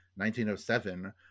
1907